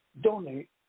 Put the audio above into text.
donate